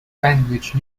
language